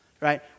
right